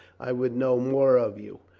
i would know more of you.